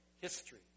history